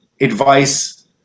advice